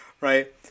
right